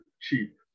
cheap